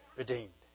redeemed